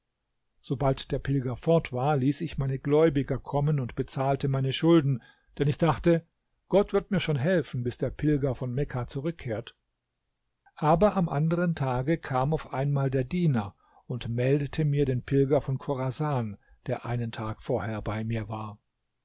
sobald der pilger fort war ließ ich meine gläubiger kommen und bezahlte meine schulden denn ich dachte gott wird mir schon helfen bis der pilger von mekka zurückkehrt aber am anderen tage kam auf einmal der diener und meldete mir den pilger von chorasan der einen tag vorher bei mir war